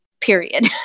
period